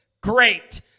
great